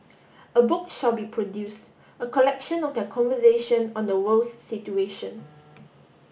a book shall be produce a collection of their conversation on the world's situation